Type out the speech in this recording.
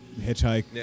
hitchhike